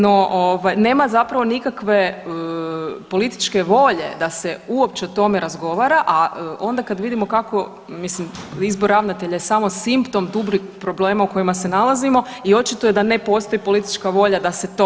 No, nema zapravo nikakve političke volje da se uopće o tome razgovara, a onda kad vidimo kako, mislim izbor ravnatelja je samo simptom dubljih problema u kojima se nalazimo i očito je da ne postoji politička volja da se to mijenja.